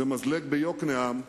זה מזלג ביוקנעם.